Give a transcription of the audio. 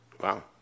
Wow